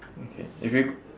okay if you